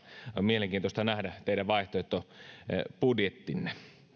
mielenkiintoista nähdä teidän vaihtoehtobudjettinne